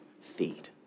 feed